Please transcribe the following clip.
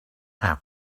have